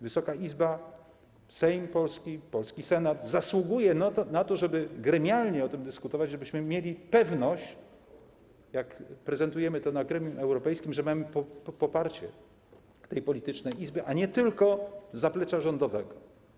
Wysoka Izba, polski Sejm, polski Senat zasługują na to, żeby gremialnie o tym dyskutować, żebyśmy mieli pewność, jak prezentujemy to na gremium europejskim, że mamy poparcie tej politycznej Izby, a nie tylko zaplecza rządowego.